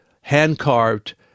hand-carved